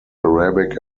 arabic